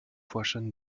forschern